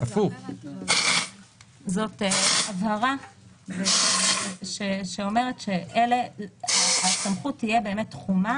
זאת הבהרה שאומרת שהסמכות תהיה באמת תחומה